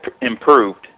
improved